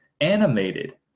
animated